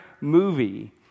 movie